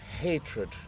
hatred